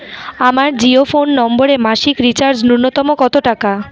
আমার জিও ফোন নম্বরে মাসিক রিচার্জ নূন্যতম কত টাকা?